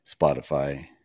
Spotify